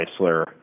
Chrysler